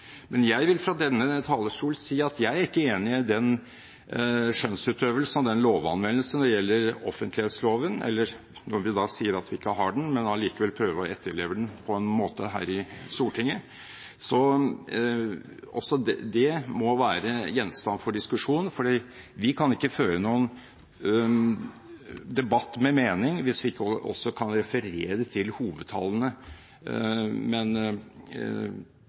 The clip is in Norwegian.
Men jeg vil fra denne talerstolen si at jeg er ikke enig i skjønnsutøvelsen og lovanvendelsen når det gjelder offentlighetsloven – vi sier at vi ikke har den, men allikevel prøver vi å etterleve den her i Stortinget – som også må være gjenstand for diskusjon. Vi kan ikke føre en debatt med mening hvis vi ikke også kan referere til hovedtallene. Men